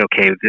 okay